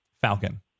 Falcon